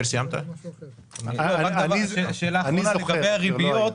לגבי הריביות,